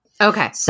Okay